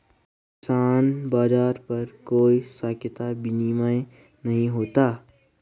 किसान बाज़ार पर कोई सख्त विनियम नहीं होता